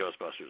Ghostbusters